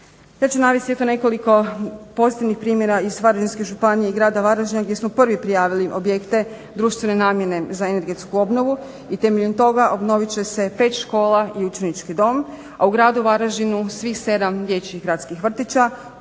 Ja ću navesti, eto nekolik pozitivnih primjera iz Varaždinske županije i Grada Varaždina gdje smo prvi prijavili objekte društvene namjene za energetsku obnovu i temeljem toga obnovit će se 5 škola i učenički dom, a u gradu Varaždinu svih 7 dječjih gradskih vrtića,